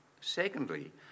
secondly